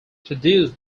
produced